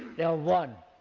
they are one.